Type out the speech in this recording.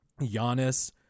Giannis